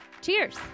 Cheers